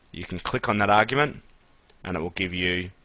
you can click on that argument and it'll give you